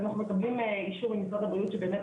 אנחנו מקבלים אישור ממשרד הבריאות שבאמת